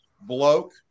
bloke